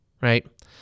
right